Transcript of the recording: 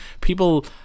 people